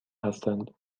هستند